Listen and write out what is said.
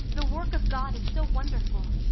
the work of god is so wonderful.